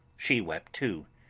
she wept, too,